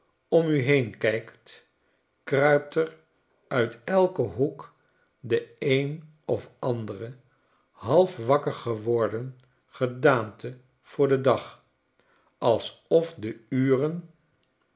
om u heen kijkt kruipt er uit elken hoek de een of andere half wakker geworden gedaante voor den dag alsof de ure